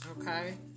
Okay